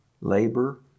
Labor